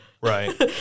Right